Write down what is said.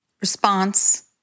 response